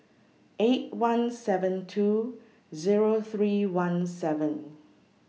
eight one seven two Zero three one seven